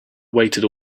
waited